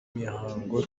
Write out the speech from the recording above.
mihango